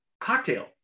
cocktail